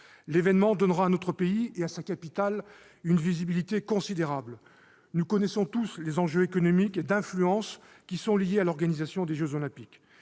L'événement donnera à notre pays et à sa capitale une visibilité considérable. Nous connaissons tous les enjeux économiques et d'influence qui sont liés à l'organisation des jeux Olympiques,